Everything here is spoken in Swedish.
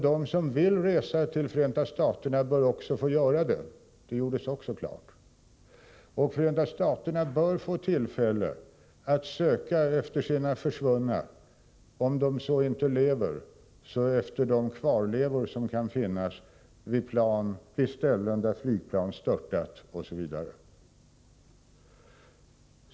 De som vill resa till Förenta staterna bör också få göra det. Detta gjordes klart. Förenta staterna bör få tillfälle att söka efter sina försvunna, också om de inte lever, efter de kvarlevor som kan finnas vid ställen där flygplan störtat, osv.